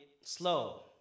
slow